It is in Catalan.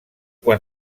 quan